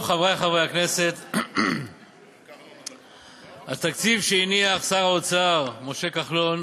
חברי חברי הכנסת, התקציב שהניח שר האוצר משה כחלון